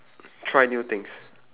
try new things